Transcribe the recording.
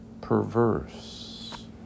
perverse